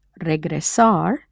regresar